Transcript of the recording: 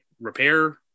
repair